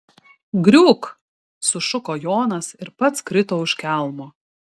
griūk sušuko jonas ir pats krito už kelmo